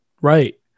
right